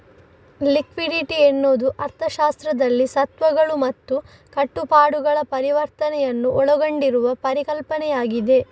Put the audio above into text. liquidity ಎನ್ನುವುದು ಅರ್ಥಶಾಸ್ತ್ರದಲ್ಲಿ ಸ್ವತ್ತುಗಳು ಮತ್ತು ಕಟ್ಟುಪಾಡುಗಳ ಪರಿವರ್ತನೆಯನ್ನು ಒಳಗೊಂಡಿರುವ ಪರಿಕಲ್ಪನೆಯಾಗಿದೆ